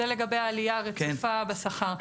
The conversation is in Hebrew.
זה לגבי העלייה הרציפה בשכר.